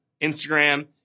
Instagram